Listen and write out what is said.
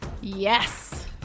Yes